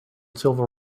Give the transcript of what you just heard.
civil